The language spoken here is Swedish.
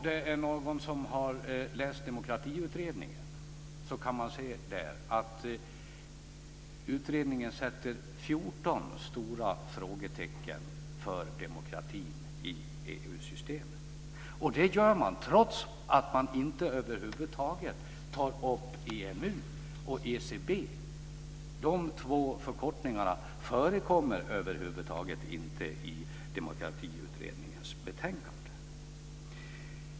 De som har läst Demokratiutredningen har sett att utredningen sätter 14 stora frågetecken för demokratin i EU-systemet. Det gör man trots att man inte över huvud taget tar upp EMU och ECB. De två förkortningarna förekommer över huvud taget inte i Demokratiutredningens betänkande.